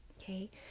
okay